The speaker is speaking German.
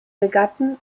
regatten